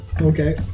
Okay